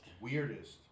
Weirdest